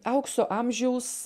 aukso amžiaus